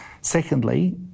Secondly